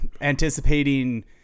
anticipating